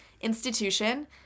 institution